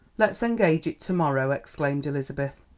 let's engage it to-morrow! exclaimed elizabeth.